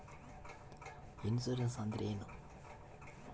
Insurance ಅಂದ್ರೇನು?